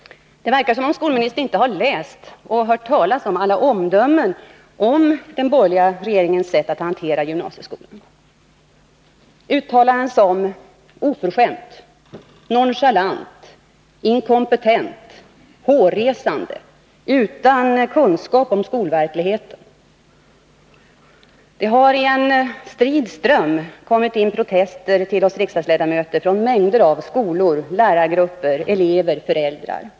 Det verkar som om skolministern inte har läst eller hört talas om alla omdömen om den borgerliga regeringens sätt att hantera gymnasieskolan. Jag tänker på uttalanden som ”oförskämt”, ”nonchalant”, ”inkompetent”, ”hårresande” och ”utan kunskap om skolverkligheten”. Det har i en strid ström kommit in protester till oss riksdagsledamöter från mängder av skolor, lärargrupper, elever och föräldrar.